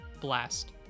Blast